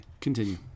Continue